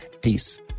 peace